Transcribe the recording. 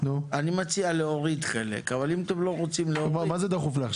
אני מציע להוריד חלק, אבל אם אתם לא רוצים להוריד